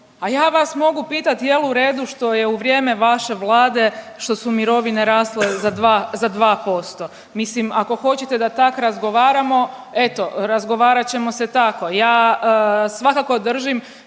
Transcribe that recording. a ja vas mogu pitati jel u redu što je u vrijeme vaše vlade što su mirovine rasle za 2, za 2%. Mislim ako hoćete da tak razgovaramo eto razgovarat ćemo se tako. Ja svakako držim